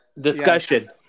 discussion